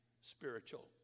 spiritual